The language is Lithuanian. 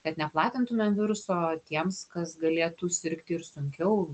kad neplatintumėm viruso tiems kas galėtų sirgti ir sunkiau